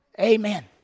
Amen